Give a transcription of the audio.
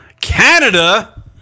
Canada